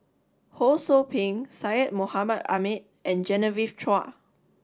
Ho Sou Ping Syed Mohamed Ahmed and Genevieve Chua